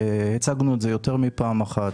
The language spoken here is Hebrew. הצגנו את זה יותר מפעם אחת,